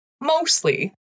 Mostly